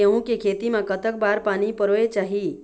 गेहूं के खेती मा कतक बार पानी परोए चाही?